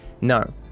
No